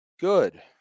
good